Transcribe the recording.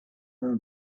are